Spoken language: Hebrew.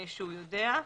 שהוא יודע.